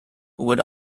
would